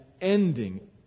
ending